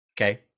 Okay